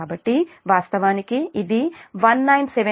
కాబట్టి వాస్తవానికి ఇది 1974